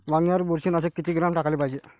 वांग्यावर बुरशी नाशक किती ग्राम टाकाले पायजे?